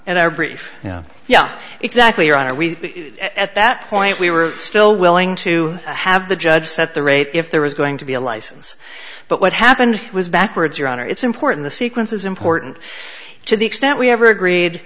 brief yeah yeah exactly or are we at that point we were still willing to have the judge set the rate if there was going to be a license but what happened was backwards your honor it's important the sequence is important to the extent we ever agreed